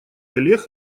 коллег